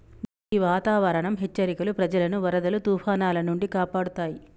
గీ వాతావరనం హెచ్చరికలు ప్రజలను వరదలు తుఫానాల నుండి కాపాడుతాయి